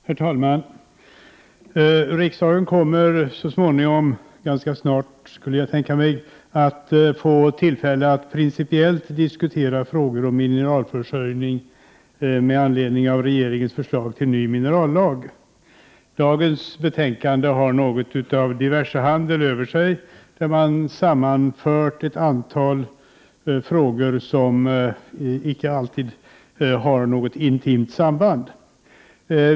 Herr talman! Riksdagen kommer så småningom och ganska snart, skulle jag tänka mig, att få tillfälle att principiellt diskutera frågor om mineralförsörjningen med anledning av regeringens förslag till ny minerallag. Dagens betänkande har något av diversehandel över sig; utskottet har sammanfört ett antal frågor som icke alltid har något intimt samband.